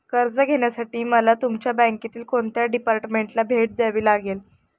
कर्ज घेण्यासाठी मला तुमच्या बँकेतील कोणत्या डिपार्टमेंटला भेट द्यावी लागेल?